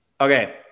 Okay